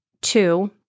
Two